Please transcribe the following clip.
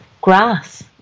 grass